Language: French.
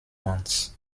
mans